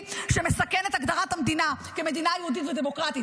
שמסכן את הגדרת המדינה כמדינת יהודית ודמוקרטית.